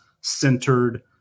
centered